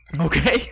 Okay